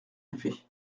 effet